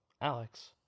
Alex